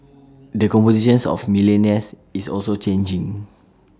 the composition of millionaires is also changing